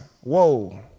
Whoa